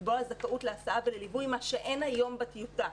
לקבוע זכאות להסעה ולליווי מה שאין היום בטיוטה.